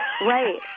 Right